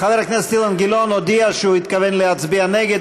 חבר הכנסת אילן גילאון הודיע שהוא התכוון להצביע נגד.